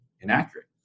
inaccurate